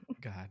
God